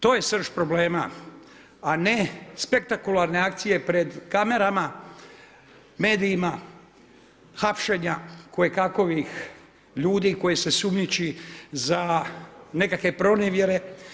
To je srž problema, a ne spektakularne akcije pred kamerama, medijima hapšenja kojekakvih ljudi koje se sumnjiči za nekakve pronevjere.